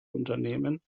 unternehmen